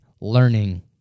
learning